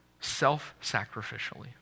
Self-sacrificially